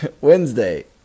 Wednesday